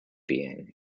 being